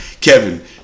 Kevin